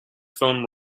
film